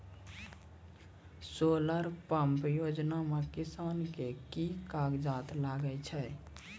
Solar pump योजना म किसान के की कागजात लागै छै?